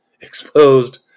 exposed